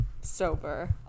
Sober